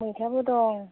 मैथाबो दं